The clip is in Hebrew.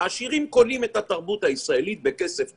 העשירים קונים את התרבות בכסף טוב.